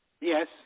yes